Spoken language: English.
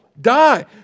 Die